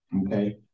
Okay